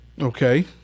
Okay